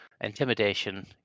Intimidation